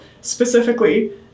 specifically